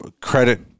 credit